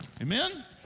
Amen